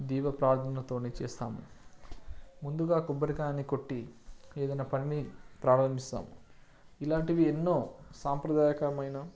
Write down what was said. దైవ ప్రార్థనతో చేస్తాము ముందుగా కొబ్బరికాయని కొట్టి ఏదైనా పనిని ప్రారంభిస్తాం ఇలాంటివి ఎన్నో సాంప్రదాయకమైన